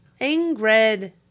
Ingrid